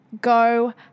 go